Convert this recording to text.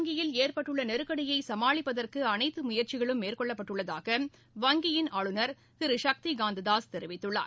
வங்கியில் ஏற்பட்டுள்ள நெருக்கடியை சமாளிப்பதற்கு அனைத்து ரிசர்வ் முயற்சிகளும் மேற்கொள்ளப்பட்டுள்ளதாக வங்கியின் ஆளுநர் திரு சக்திகாந்த தாஸ் தெரிவித்துள்ளார்